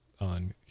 on